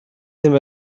ddim